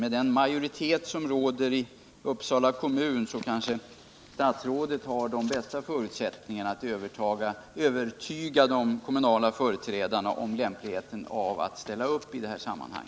Med den majoritet som råder i Uppsala kommun kanske statsrådet har de bästa förutsättningarna att övertyga de kommunala företrädarna om lämpligheten av att ställa upp i detta sammanhang.